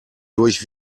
durch